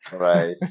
Right